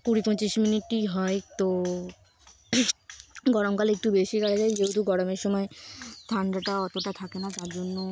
কুড়ি পঁচিশ মিনিটই হয় তো গরমকালে একটু বেশি কাড়ে যায় যেহেতু গরমের সময় ঠান্ডাটা অতটা থাকে না তার জন্য